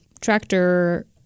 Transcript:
tractor